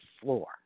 floor